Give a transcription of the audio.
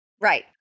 Right